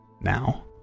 now